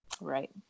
right